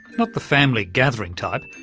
not the family gathering type,